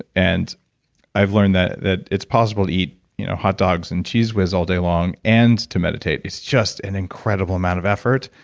and i've learned that that it's possible to eat hot dogs and cheese whiz all day long and to meditate it's just an incredible amount of effort.